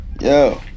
Yo